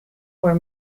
were